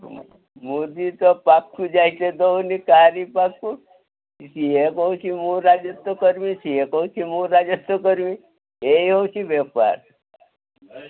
ମୋଦି ତ ପାଖକୁ ଯାଇକି ସେ ଦେଉନି କାହାରି ପାଖକୁ ସିଏ କହୁଛି ମୁଁ ରାଜତ୍ୱ କରିବି ସିଏ କହୁଛି ମୁଁ ରାଜତ୍ୱ କରିିବି ଏଇ ହେଉଛି ବେପାର